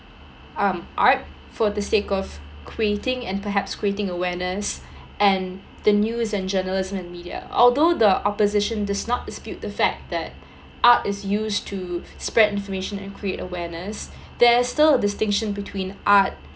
um art for the sake of creating and perhaps creating awareness and the news and journalism and media although the opposition does not dispute the fact that art is used to spread information and create awareness there's still a distinction between art